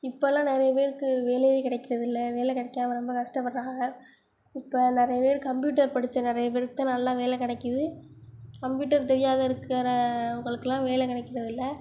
இப்போல்லாம் நிறைய பேருக்கு வேலையே கிடைக்கிறதில்ல வேலை கிடைக்காம ரொம்ப கஷ்டப்படுறாக இப்போ நிறைய பேர் கம்ப்யூட்டர் படித்த நிறைய பேருக்கு தான் நல்லா வேலை கிடைக்கிது கம்ப்யூட்டர் தெரியாத இருக்கிறவங்களுக்கலாம் வேலை கிடைக்கிறதில்ல